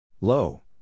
Low